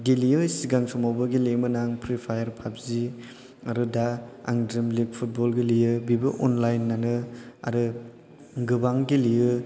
गेलेयो सिगां समावबो गेलेयोमोन आं फ्रि फायार पाबजि आरो आं दा ड्रिम लिग फुटबल गेलेयो बेबो अनलाइनआनो आरो गोबां गेलेयो